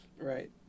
Right